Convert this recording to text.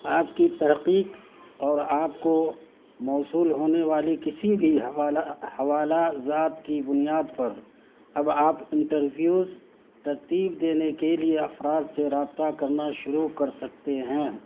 آپ کی تحقیق اور آپ کو موصول ہونے والی کسی بھی حوالہ حوالہ ذات کی بنیاد پر اب آپ انٹرویوز ترتیب دینے کے لیے افراد سے رابطہ کرنا شروع کر سکتے ہیں